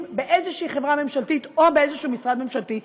באיזושהי חברה ממשלתית או באיזשהו משרד ממשלתי,